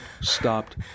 stopped